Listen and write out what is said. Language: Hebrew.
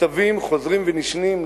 מכתבים חוזרים ונשנים,